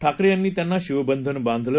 ठाकरेयांनीत्यांनाशिवबंधनबांधलं